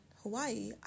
Hawaii